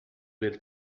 del